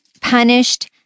punished